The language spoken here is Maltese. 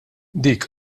dik